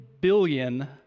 billion